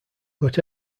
but